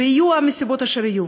ויהיו הסיבות אשר יהיו.